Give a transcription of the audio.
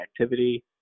activity